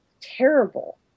terrible